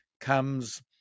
comes